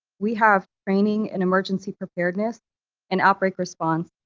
we have training and emergency preparedness and outbreak response.